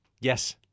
Yes